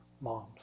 moms